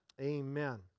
Amen